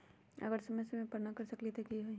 अगर समय समय पर न कर सकील त कि हुई?